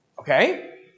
Okay